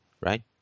Right